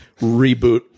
reboot